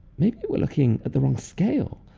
maybe we're looking at the wrong scale.